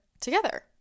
together